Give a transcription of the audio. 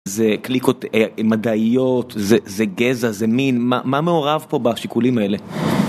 זה קליקות מדעיות, זה גזע, זה מין, מה מעורב פה בשיקולים האלה?